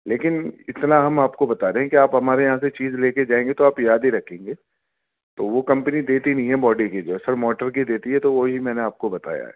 لیکن اتنا ہم آپ کو بتادیں کہ آپ ہمارے یہاں سے چیز لے کے جائیں گے تو آپ یاد ہی رکھیں گے تو وہ کمپنی دیتی نہیں ہے بوڈی کی سر موٹر کی دیتی ہے تو وہی میں نے آپ کو بتایا ہے